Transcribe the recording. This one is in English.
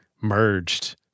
merged